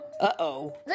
uh-oh